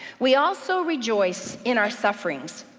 we also rejoice in our sufferings,